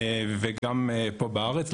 וגם פה בארץ,